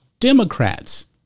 Democrats